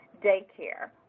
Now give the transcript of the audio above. daycare